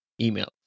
email